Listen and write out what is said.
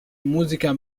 musica